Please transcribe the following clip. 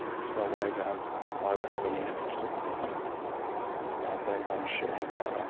there's no way god will ever have any interest in me. i've done things i'm ashamed of.